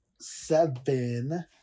seven